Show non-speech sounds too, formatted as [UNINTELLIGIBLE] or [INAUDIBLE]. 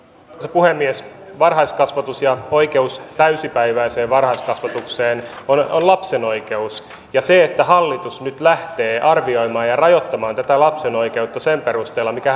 puhemies varhaiskasvatus ja oikeus täysipäiväiseen varhaiskasvatukseen ovat lapsen oikeus ja se että hallitus nyt lähtee arvioimaan ja rajoittamaan tätä lapsen oikeutta sen perusteella mikä [UNINTELLIGIBLE]